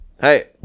Hey